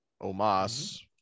Omas